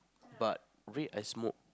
but wait I smoke